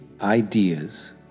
ideas